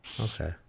Okay